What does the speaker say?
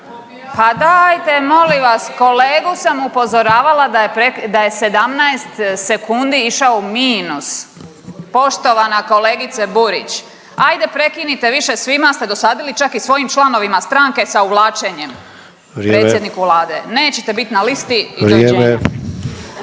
Pa dajte molim vas! Kolegu sam upozoravala da je 17 sekundi išao u minus poštovana kolegice Burić hajde prekinite, više svima ste dosadili, čak i svojim članovima stranke sa uvlačenjem predsjedniku Vlade! …/Upadica Sanader: